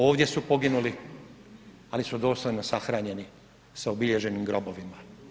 Ovdje su poginuli ali su dostojno sahranjeni sa obilježenim grobovima.